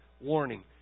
warning